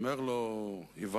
ואומר לו איוון: